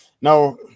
now